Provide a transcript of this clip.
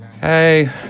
Hey